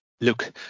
Look